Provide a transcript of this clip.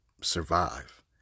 survive